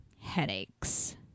headaches